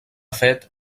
fet